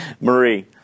Marie